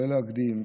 לא להקדים,